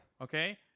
Okay